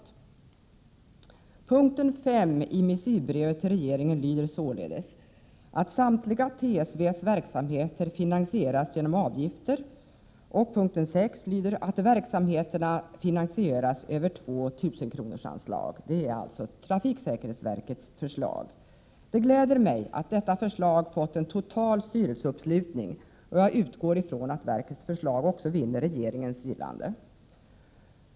I punkten 5 i missivbrevet till regeringen föreslås således att samtliga TSV:s verksamheter finansieras genom avgifter, och i punkten 6 föreslås att verksamheterna finansieras över två 1 000-kronorsanslag. Det är alltså trafiksäkerhetsverkets förslag. Det gläder mig att detta förslag fått en total styrelseuppslutning, och jag utgår från att verkets förslag också vinner regeringens gillande.